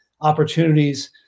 opportunities